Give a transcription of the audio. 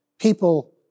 People